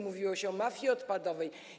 Mówiło się o mafii odpadowej.